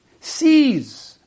sees